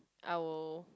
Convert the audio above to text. I will